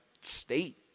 state